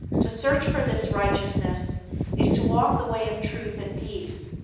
to search for this righteousness is to walk the way of truth and peace,